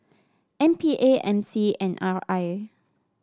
M P A M C and R I